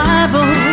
Bible